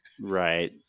Right